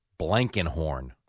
Blankenhorn